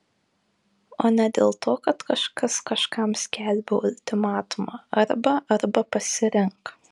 o ne dėl to kad kažkas kažkam skelbia ultimatumą arba arba pasirink